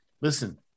Listen